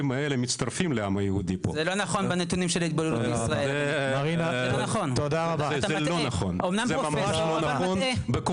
לא נתתי מצגות גם לארגונים אחרים יותר מוכרים מהארגון